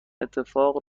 اتفاق